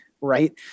right